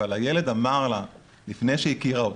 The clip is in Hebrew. אבל הילד אמר לה לפני שהיא הכירה אותי,